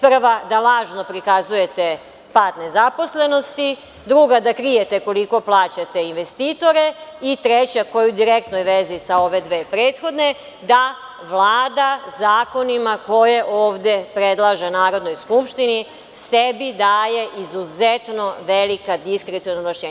Prva, da lažno prikazujete pad nezaposlenosti, druga, da krijete koliko plaćate investitore i treća, koja je u direktnoj vezi sa ove dve prethodne, da Vlada zakonima koje ovde predlaže Narodnoj skupštini, sebi daje izuzetno velika diskreciona rešenja.